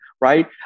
right